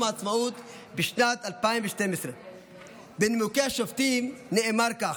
העצמאות בשנת 2012. בנימוקי השופטים נאמר כך: